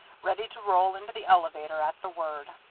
ready to roll into the elevator at the word.